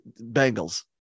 Bengals